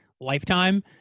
lifetime